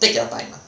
take your time ah